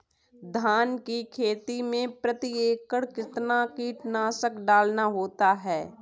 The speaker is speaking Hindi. धान की खेती में प्रति एकड़ कितना कीटनाशक डालना होता है?